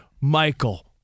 Michael